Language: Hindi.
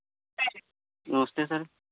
नमस्ते सर